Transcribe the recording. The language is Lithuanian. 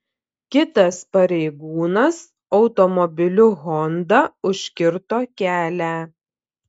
kitas pareigūnas automobiliu honda užkirto kelią